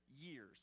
years